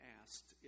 asked